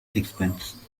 sixpence